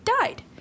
died